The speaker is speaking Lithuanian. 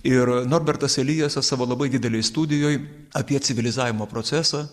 ir norbertas elijasas savo labai didelėj studijoj apie civilizavimo procesą